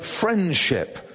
friendship